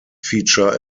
feature